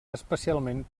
especialment